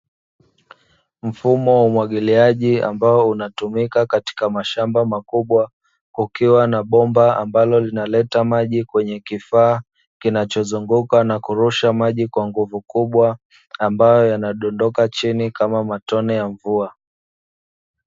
Mfumo wa umwagiliaji ambao unatumika katika mashamba makubwa, kukiwa na bomba ambalo linaleta maji kwenye kifaa kinachozunguka na kurusha maji kwa nguvu kubwa, ambayo yanadondoka chini kama matone ya mvua.